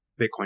Bitcoin